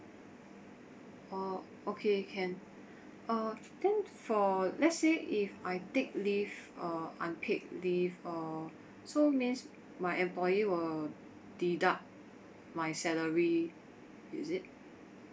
orh okay can uh then for let's say if I take leave uh unpaid leave uh so means my employer will deduct my salary is it